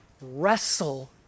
wrestle